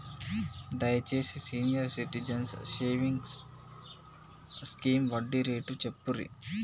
దయచేసి senior citizens savings scheme వడ్డీ rate చెప్పుర్రి